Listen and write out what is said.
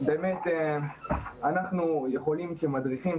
אנחנו יכולים כמדריכים,